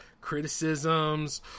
criticisms